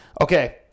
Okay